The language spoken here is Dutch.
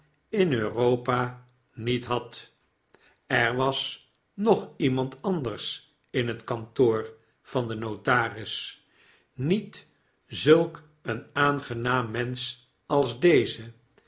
p a niet had er was nog iemand anders in het kantoor van den notaris niet zulk een aangenaam mensch als deze